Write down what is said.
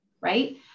right